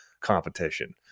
competition